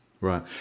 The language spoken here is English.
Right